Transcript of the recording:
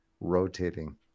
rotating